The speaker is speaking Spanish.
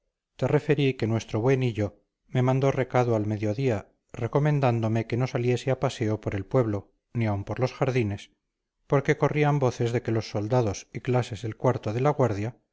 te referí que nuestro buen hillo me mandó recado al mediodía recomendándome que no saliese a paseo por el pueblo ni aun por los jardines porque corrían voces de que los soldados y clases del cuarto de la guardia